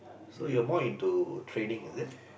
so you're more into trading is it